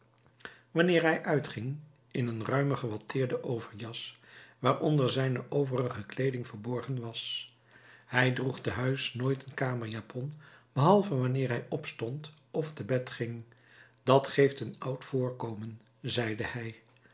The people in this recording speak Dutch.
wanneer hij uitging in een ruimen gewatteerden overjas waaronder zijne overige kleeding verborgen was hij droeg te huis nooit een kamerjapon behalve wanneer hij opstond of te bed ging dat geeft een oud voorkomen zeide hij